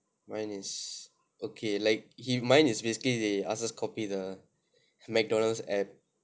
mine is okay like he mine is basically they ask us copy the McDonald's app